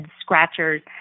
scratchers